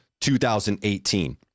2018